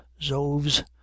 zoves